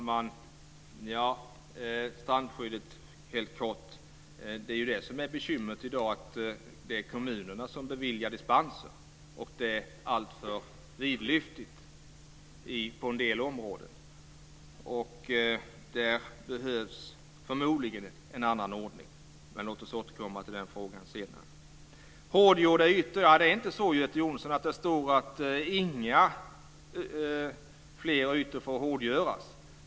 Fru talman! Bekymret med strandskyddet i dag är ju att det är kommunerna som beviljar dispenser, och det alltför vidlyftigt på en del områden. Där behövs förmodligen en annan ordning, men låt oss återkomma till den frågan senare. Det står inte att inga fler ytor får hårdgöras.